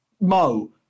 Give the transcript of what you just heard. Mo